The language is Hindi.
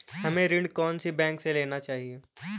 हमें ऋण कौन सी बैंक से लेना चाहिए?